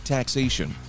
Taxation